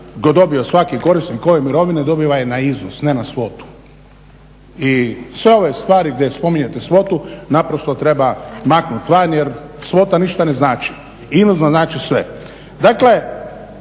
je dobio svaki korisnik ove mirovine dobiva je na iznos, ne na svotu i sve ove stvari gdje spominjete svotu naprosto treba maknut van jer svota ništa ne znači, iznos nam znači sve.